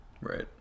right